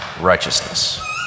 righteousness